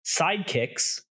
sidekicks